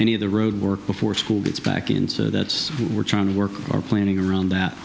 any of the road work before school gets back in so that's what we're trying to work our planning around that